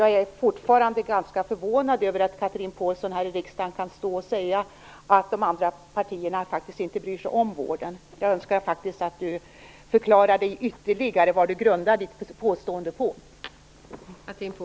Jag är fortfarande ganska förvånad över att Chatrine Pålsson här i riksdagen står och säger att de andra partierna inte bryr sig om vården. Jag önskar att hon förklarar ytterligare vad hon grundar sitt påstående på.